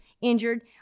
injured